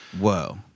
Whoa